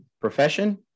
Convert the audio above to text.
profession